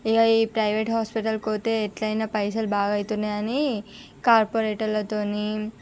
ఇగ ఈ ప్రైవేట్ హాస్పిటల్కి పోతే ఎలా అయినా పైసలు బాగా అవుతున్నాయి అని కార్పొరేటర్లతోటి